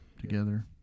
together